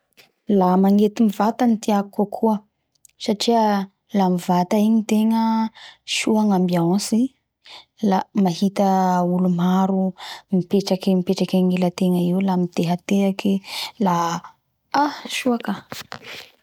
La magnety mivata tiako kokoa satria mivata igny tegna soa gny( UNITELLIGIBLE )ambiance la mahita olo maro mipetraky mipetraky agnila tegna eo la mitehetehaky la haaa soa kaaa!!!